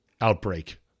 outbreak